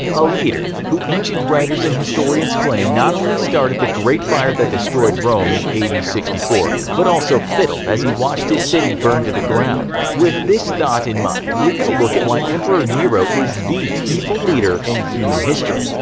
a leader who, ancient writers and historians claim, not only started the great fire that destroyed rome in a d. sixty four, but also fiddled as he watched his city burn to the ground. with this thought in mind, we're going to look at why emperor nero is the evil leader in human history,